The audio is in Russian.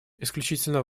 исключительно